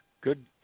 Good